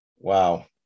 wow